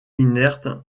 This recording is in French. inerte